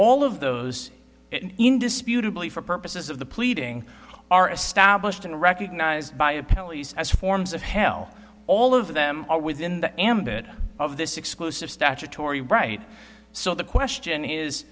all of those indisputably for purposes of the pleading are established and recognized by the police as forms of hell all of them are within the ambit of this exclusive statutory right so the question is